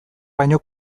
baino